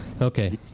Okay